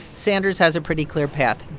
sanders has a pretty clear path.